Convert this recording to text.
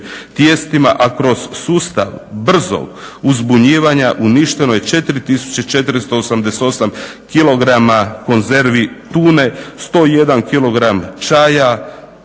tijestima. A kroz sustav brzog uzbunjivanja uništeno je 4 488 kilograma konzervi tune, 101 kilogram